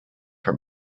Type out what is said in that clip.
for